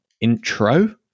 intro